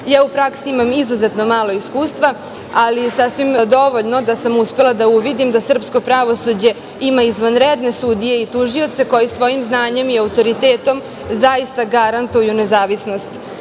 praksi imam izuzetno malo iskustva, ali sasvim dovoljno da sam uspela da uvidim da srpsko pravosuđe ima izvanredne sudije i tužioce koji svojim znanjem i autoritetom zaista garantuju nezavisnost